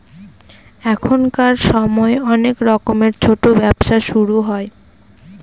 এখনকার সময় অনেক রকমের ছোটো ব্যবসা শুরু হয়